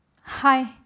Hi